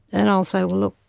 and i'll say,